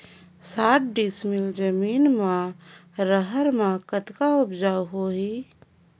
साठ डिसमिल जमीन म रहर म कतका उपजाऊ होही?